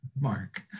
Mark